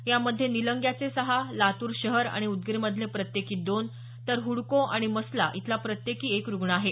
यामध्ये निलंग्याचे सहा लातूर शहर आणि उदगीरमधले प्रत्येकी दोन तर हुडको आणि मसला इथला प्रत्येकी एक रुग्ण आहे